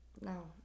No